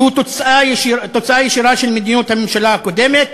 שהוא תוצאה ישירה של מדיניות הממשלה הקודמת,